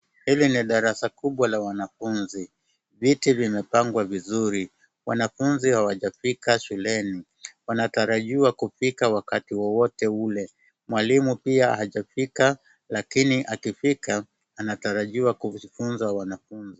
Hili ni darasa kubwa la wanafunzi. Viti vimepangwa vizuri. Wanafunzi hawajafika shuleni. Wanatarajiwa kufika wakati wowote ule. Mwalimu pia hajafika lakini akifika anatarajiwa kufunza wanafunzi.